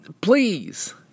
Please